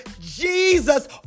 Jesus